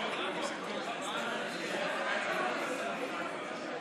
עתיד-תל"ם וקבוצת סיעת הרשימה המשותפת